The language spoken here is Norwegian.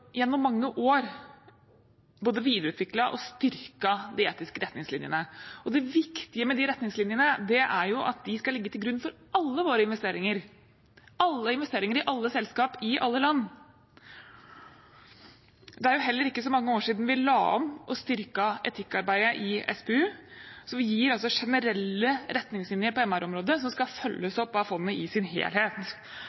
gjennom mange år både videreutviklet og styrket de etiske retningslinjene. Det viktige med de retningslinjene er at de skal ligge til grunn for alle våre investeringer – alle investeringer i alle selskaper i alle land. Det er heller ikke så mange år siden vi la om og styrket etikkarbeidet i SPU, så vi gir generelle retningslinjer på menneskerettighetsområdet som skal følges